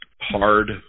hard